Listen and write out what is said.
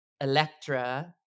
Electra